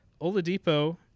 Oladipo